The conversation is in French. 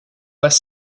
pas